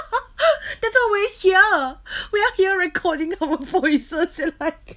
that's why we're here we're here recording our voices and like